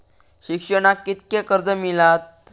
शिक्षणाक कीतक्या कर्ज मिलात?